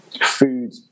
food